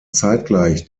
zeitgleich